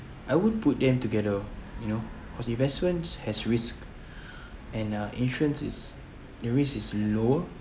I won't put them together you know cause investments has risk and uh insurance is the risk is lower